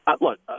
Look